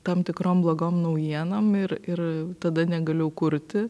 tam tikrom blogom naujienom ir ir tada negaliu kurti